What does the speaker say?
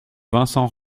vincent